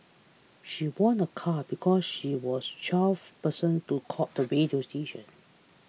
she won a car because she was twelfth person to call the radio station